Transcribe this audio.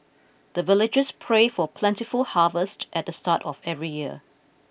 the villagers pray for plentiful harvest at the start of every year